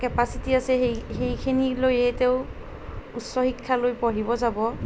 capacity আছে সেইখিনি লৈয়ে তেওঁ উচ্চ শিক্ষালৈ পঢ়িব যাব